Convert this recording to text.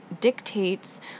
dictates